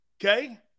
Okay